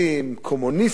קומוניסטיים,